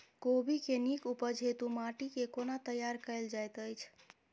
कोबी केँ नीक उपज हेतु माटि केँ कोना तैयार कएल जाइत अछि?